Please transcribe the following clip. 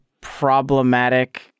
problematic